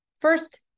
First